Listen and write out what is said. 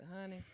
Honey